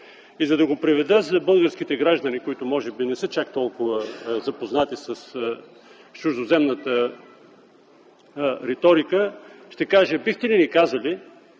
И за да го преведа за българските граждани, които може би не са чак толкова запознати с чуждоземната риторика, ще кажа: бихте ли ни казали